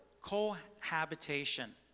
cohabitation